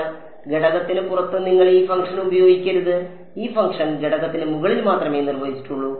അതിനാൽ ഘടകത്തിന് പുറത്ത് നിങ്ങൾ ഈ ഫംഗ്ഷൻ ഉപയോഗിക്കരുത് ഈ ഫംഗ്ഷൻ ഘടകത്തിന് മുകളിൽ മാത്രമേ നിർവചിച്ചിട്ടുള്ളൂ